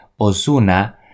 Ozuna